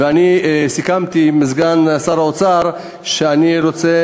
ואני סיכמתי עם סגן שר האוצר שאני רוצה